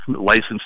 licensed